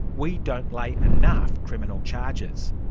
we don't lay enough criminal charges.